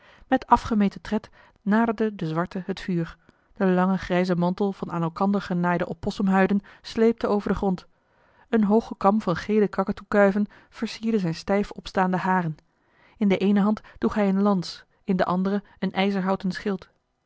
met afgemeten tred naderde de zwarte het vuur de lange grijze mantel van aan elkander genaaide oppossumhuiden sleepte over den grond eene hooge kam van gele kakatoekuiven versierde zijne stijf opstaande haren in de eene hand droeg hij eene lans in de andere een ijzerhouten schild